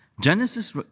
Genesis